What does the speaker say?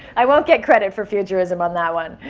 i won't get credit for futurism on that one.